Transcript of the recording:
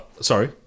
Sorry